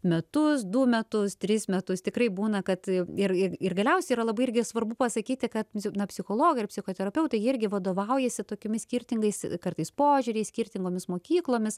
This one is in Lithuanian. metus du metus tris metus tikrai būna kad ir ir ir galiausiai yra labai irgi svarbu pasakyti kad na psichologai psichoterapeutai jie irgi vadovaujasi tokiomis skirtingais kartais požiūriais skirtingomis mokyklomis